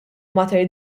mater